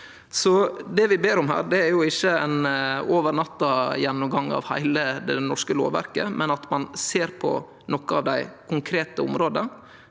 Det vi ber om her, er ikkje ein over-natta-gjennomgang av heile det norske lovverket, men at ein ser på nokre av dei konkrete områda